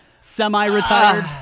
semi-retired